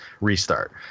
Restart